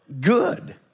good